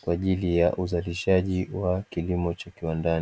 kwa ajili ya uzalishaji wa kilimo cha kiwandani.